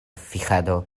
fijado